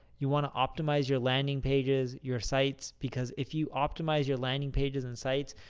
you want to optimize your landing pages, your sites, because if you optimize your landing pages and sites,